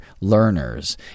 learners